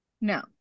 No